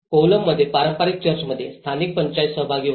कोवलममध्ये पारंपारिक चर्चमध्ये स्थानिक पंचायत सहभागी होते